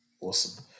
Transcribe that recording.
awesome